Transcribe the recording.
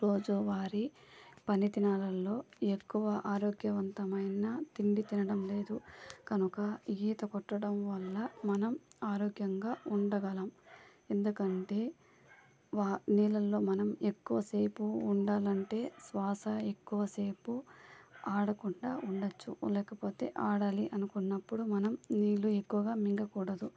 రోజువారీ పని దినాలలో ఎక్కువ ఆరోగ్యవంతమైన తిండి తినడం లేదు కనుక ఈత కొట్టడం వల్ల మనం ఆరోగ్యంగా ఉండగలం ఎందుకంటే వా నీళ్ళల్లో మనం ఎక్కువసేపు ఉండాలంటే శ్వాస ఎక్కువసేపు ఆడకుండా ఉండచ్చు ఉండకపోతే ఆడాలి అనుకున్నప్పుడు మనం నీళ్ళు ఎక్కువగా మింగకూడదు